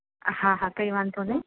હા હા કંઇ વાંધો નઇ